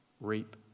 reap